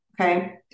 Okay